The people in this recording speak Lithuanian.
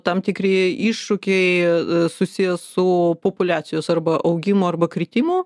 tam tikri iššūkiai susiję su populiacijos arba augimu arba kritimu